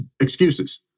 excuses